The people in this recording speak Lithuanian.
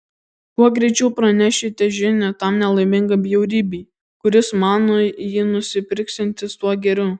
kuo greičiau pranešite žinią tam nelaimingam bjaurybei kuris mano jį nusipirksiantis tuo geriau